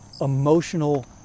emotional